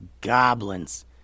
goblins